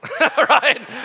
right